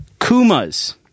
Kuma's